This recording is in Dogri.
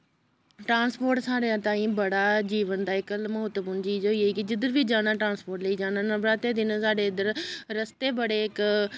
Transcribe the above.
ट्रांस्पोर्ट साढ़े ताईं बड़ा जीवन दा इक म्हत्तवपूर्ण चीज होई गेई कि जिद्धर बी जाना ट्रांस्पोर्ट लेइयै जाना नवरात्रें दे दिनें साढ़े इद्धर रस्ते बड़े इक